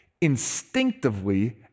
instinctively